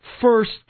first